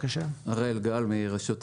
אני מרשות המים.